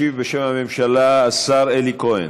ישיב בשם הממשלה השר אלי כהן.